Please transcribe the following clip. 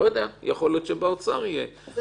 חלק